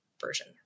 version